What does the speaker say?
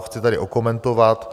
Chci ho tady okomentovat.